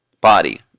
body